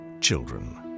children